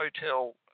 Hotel